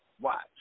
Watch